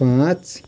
पाँच